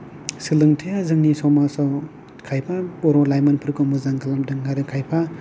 सोलोंथाया जोंनि समाजाव खायफा बर' लाइमोनफोरखौ मोजां खालामदों आरो खायफा